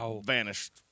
vanished